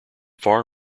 far